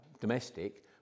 domestic